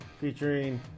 featuring